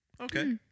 Okay